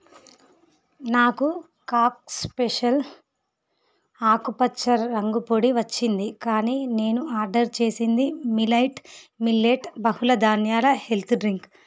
నాకు కాక్ స్పెషల్ ఆకుపచ్చ రంగుపొడి వచ్చింది కానీ నేను ఆర్డర్ చేసింది మిలైట్ మిల్లెట్ బహుళ ధాన్యాల హెల్త్ డ్రింక్